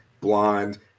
Blonde